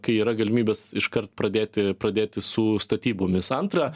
kai yra galimybės iškart pradėti pradėti su statybomis antra